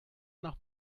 nach